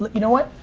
you know what?